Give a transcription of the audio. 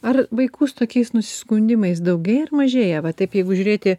ar vaikų su tokiais nusiskundimais daugėja ar mažėja va taip jeigu žiūrėti